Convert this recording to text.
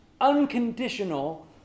unconditional